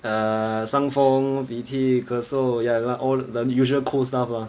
err 伤风鼻涕咳嗽 ya lah all the usual cold stuff lah